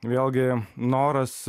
vėlgi noras